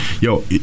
Yo